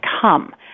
come